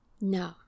No